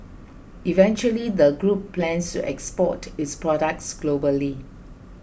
eventually the group plans to export its products globally